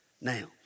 Now